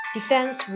Defense